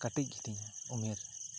ᱠᱟᱹᱴᱤᱡ ᱜᱮ ᱛᱤᱧᱟᱹ ᱩᱢᱮᱨ